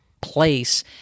place